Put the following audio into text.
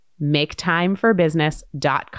maketimeforbusiness.com